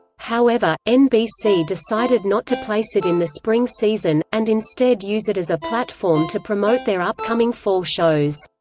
however, nbc decided not to place it in the spring season, and instead use it as a platform to promote their upcoming fall shows.